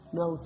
no